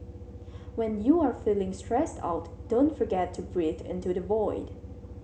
when you are feeling stressed out don't forget to breathe into the void